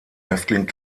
häftling